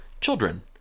children